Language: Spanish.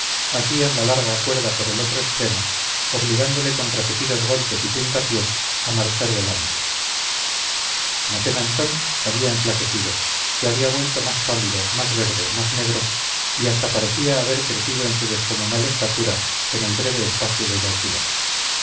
asían la larga cuerda por el otro extremo obligándole con repetidos golpes y puntapiés a marchar delante mosén antón había enflaquecido se había vuelto más pálido más verde más negro y hasta parecía haber crecido en su descomunal estatura en el breve espacio de dos días